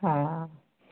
हा